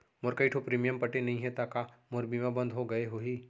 मोर कई ठो प्रीमियम पटे नई हे ता का मोर बीमा बंद हो गए होही?